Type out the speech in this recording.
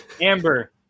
Amber